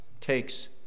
takes